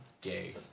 gay